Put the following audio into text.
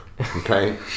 Okay